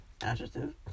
Adjective